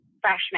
freshman